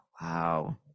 wow